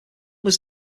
was